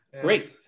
Great